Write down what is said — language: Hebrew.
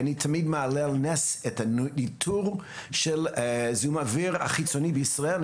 אני תמיד מעלה על מנס את הניטור של זיהום האוויר החיצוני בישראל.